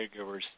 caregivers